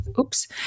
oops